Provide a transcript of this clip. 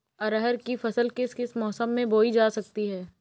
अरहर की फसल किस किस मौसम में बोई जा सकती है?